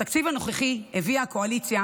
בתקציב הנוכחי הביאה הקואליציה